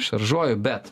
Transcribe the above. šaržuoju bet